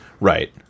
Right